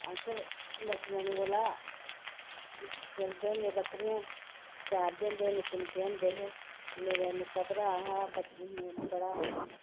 अस बचपन कोला चलदे होंदे बकरियां चारदे होंदे हे निक्के निक्के होंदे हे मेरा निक्का भ्राऽ हा बड़ा